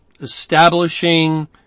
establishing